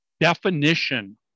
definition